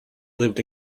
lived